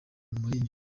inyuma